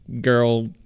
girl